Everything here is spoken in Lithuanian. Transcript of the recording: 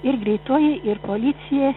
ir greitoji ir policija